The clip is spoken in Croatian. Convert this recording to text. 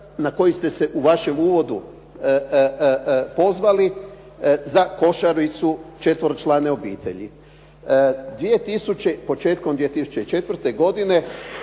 na koji ste se u vašem uvodu pozvali za košaricu četveročlane obitelji. Početkom 2004. godine